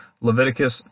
Leviticus